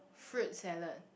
fruit salad